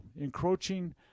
encroaching